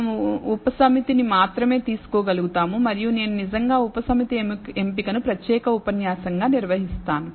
మనం ఉపసమితిని మాత్రమే తీసుకోగలుగుతాము మరియు నేను నిజంగా ఉపసమితి ఎంపిక ని ప్రత్యేక ఉపన్యాసంగా నిర్వహిస్తాను